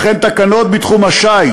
וכן תקנות בתחום השיט.